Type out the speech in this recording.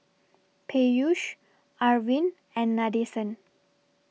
Peyush Arvind and Nadesan